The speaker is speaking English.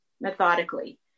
methodically